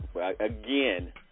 Again